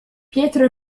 pietro